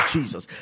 Jesus